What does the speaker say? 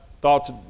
thoughts